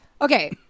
okay